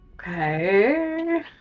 Okay